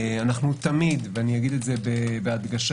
אנחנו תמיד ואגיד בהדגשה,